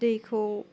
दैखौ